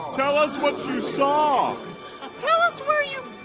tell us what you saw tell us where you've